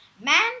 Man